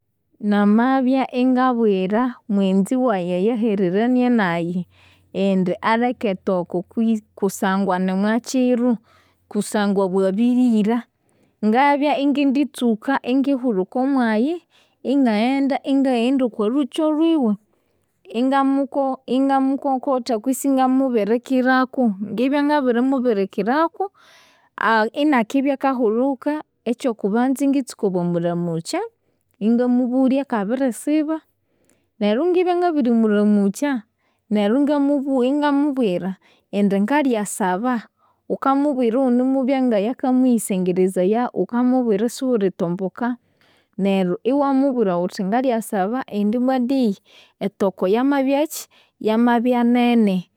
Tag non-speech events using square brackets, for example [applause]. Namabya ingabwira mughenzi wayi eyahereranie nayi indi aleke etoko ku- kusangwa nimwakyiro, kusangwa bwabirira. Ngabya inginditsuka ingihulhuka omwayi, ingaghenda okwalhukyo lhwiwe ingamuko ingamukongotha kwisi ingamubirikiraku, ngibya ngabirimubirikiraku, [hesitation] nakibya akahulhuka, ekyokubanza ingitsuka bwamuramukya. Ingamubulya ngabirisiba, neryo ingibya ngabirimuramukya, neryo ingamu ingamubwira indi ngalyasaba, ghukamubwira ghunimubya ngeyikamuyisengerezaya, ghukamubwira ighulitomboka. Neryo iwamubwira ghuthi ngalyasaba indi ibwa dear etoko yamabya kyi yamabyanene.